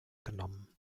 genommen